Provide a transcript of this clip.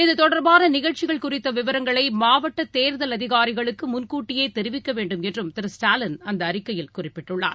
இதுதொடர்பானநிகழ்ச்சிகள் குறித்தவிவரங்களைமாவட்டதேர்தல் அதிகாரிகளுக்குமுன்கூட்டியேதெரிவிக்கவேண்டும் என்றும் ஸ்டாலின் திரு அந்தஅறிக்கையில் குறிப்பிட்டுள்ளார்